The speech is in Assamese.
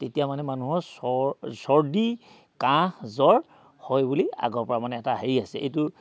তেতিয়া মানে মানুহৰ চৰ্ চৰ্দি কাঁহ জ্বৰ হয় বুলি আগৰ পৰা মানে এটা হেৰি আছে এইটো